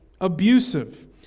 abusive